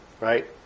right